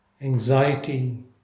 anxiety